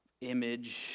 image